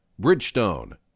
Bridgestone